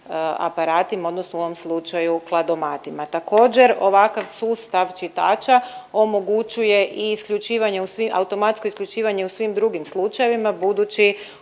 aparatima odnosno u ovom slučaju kladomatima. Također ovakav sustav čitača omogućuje i isključivanje u svim, automatsko isključivanje u svim drugim slučajevima budući